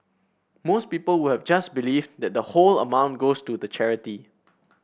most people would have just believed that the whole amount goes to the charity